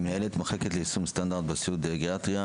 מנהלת מחלקת ליישום סטנדרט בסיעוד לגריאטריה,